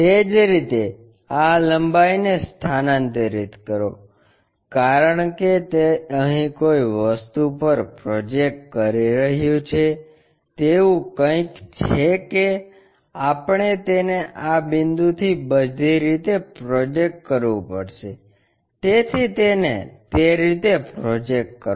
તે જ રીતે આ લંબાઈને સ્થાનાંતરિત કરો કારણ કે તે અહીં કોઈ વસ્તુ પર પ્રોજેક્ટ કરી રહ્યું છે તેવું કંઈક છે કે આપણે તેને આ બિંદુથી બધી રીતે પ્રોજેકટ કરવું પડશે તેથી તેને તે રીતે પ્રોજેક્ટ કરો